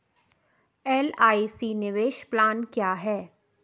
LIC निवेश plan क्या है?